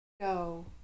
go